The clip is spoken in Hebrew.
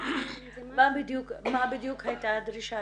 מה בדיוק הייתה הדרישה?